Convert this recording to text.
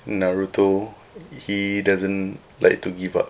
naruto he doesn't like to give up